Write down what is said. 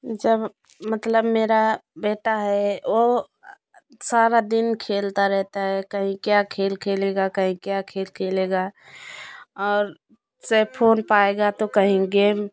जब मतलब मेरा बेटा है वो सारा दिन खेलता रहता है कहीं क्या खेल खेलेगा कहीं क्या खेल खेलेगा और उसे फोन पाएगा तो कहीं गेम